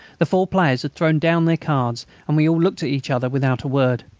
the four players had thrown down their cards, and we all looked at each other without a word.